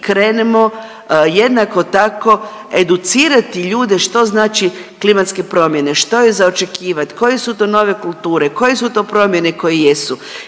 krenemo jednako tako educirati ljude što znači klimatske promjene, što je za očekivat, koje su to nove kulture, koje su to promjene koje jesu